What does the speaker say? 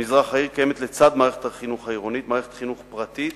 במזרח העיר קיימת לצד מערכת החינוך העירונית מערכת חינוך פרטית